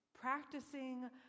practicing